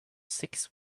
six